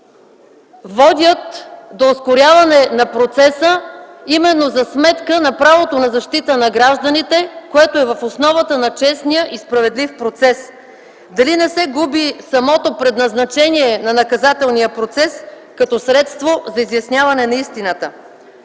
водят до ускоряване на процеса за сметка на правото на защита на гражданите, което е в основата на честния и справедлив процес; дали не се губи самото предназначение на наказателния процес като средство за изясняване на истината.